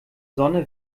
sonne